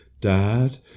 Dad